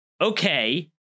Okay